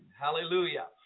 hallelujah